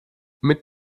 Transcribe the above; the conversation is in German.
mit